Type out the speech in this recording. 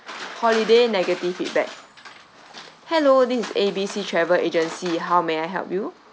holiday negative feedback hello this is A B C travel agency how may I help you